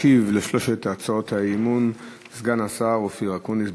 ישיב על שלוש הצעות האי-אמון סגן השר אופיר אקוניס,